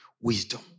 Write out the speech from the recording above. wisdom